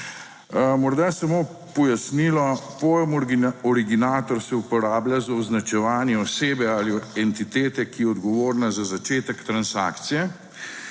Morda samo pojasnilo, pojem originator se uporablja za označevanje osebe ali entitete, ki je odgovorna za začetek transakcije